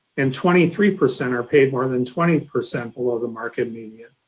and twenty three percent are paid more than twenty percent below the market median.